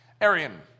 Arian